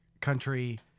country